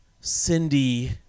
Cindy